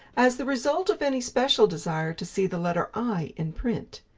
as the result of any special desire to see the letter i in print.